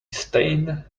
stain